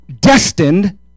destined